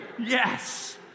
Yes